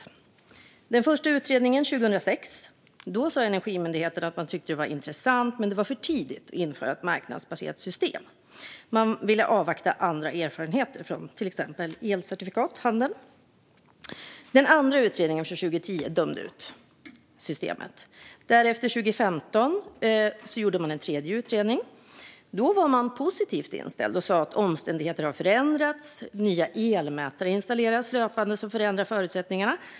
I den första utredningen 2006 sa Energimyndigheten att man tyckte att det var intressant, men för tidigt, att införa ett marknadsbaserat system. Man ville avvakta andra erfarenheter, till exempel från elcertifikathandeln. Den andra utredningen, från 2010, dömde ut systemet. Därefter gjorde man en tredje utredning 2015. Då var man positivt inställd och sa att omständigheterna hade förändrats. Nya elmätare hade installerats löpande, vilket hade förändrat förutsättningarna.